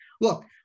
look